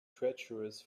treacherous